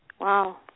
Wow